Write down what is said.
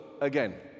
again